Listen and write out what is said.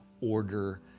order